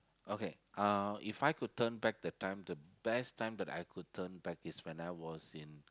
okay If I could turn back the time the best time that I could turn back is when I was in